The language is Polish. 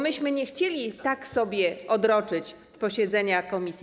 Myśmy nie chcieli tak sobie odroczyć posiedzenia komisji.